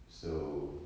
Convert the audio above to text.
so